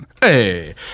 Hey